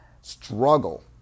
struggle